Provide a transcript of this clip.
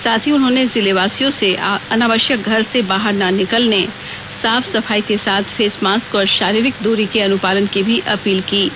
साथ ही उन्होंने जिले वासियों से अनावश्यक घर से बाहर ना निकले साफ सफाई के साथ फेस मास्क और शारीरिक दूरी के अनुपालन की भी अपील की है